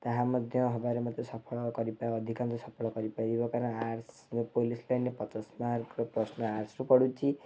ତାହା ମଧ୍ୟ ହେବାର ମୋତେ ସଫଳ କରିପାରେ ଅଧିକାଂଶ ସଫଳ କରିପାରିବ କାରଣ ଆର୍ଟ୍ସ୍ରେ ପୋଲିସ୍ ଲାଇନ୍ରେ ପଚାଶ ମାର୍କ୍ରୁ ପ୍ରଥମେ ଆର୍ଟ୍ସ୍ରୁ ପଡ଼ୁଛି